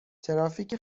ترافیک